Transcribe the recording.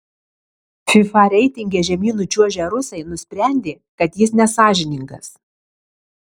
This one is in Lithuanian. fifa reitinge žemyn nučiuožę rusai nusprendė kad jis nesąžiningas